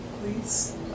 please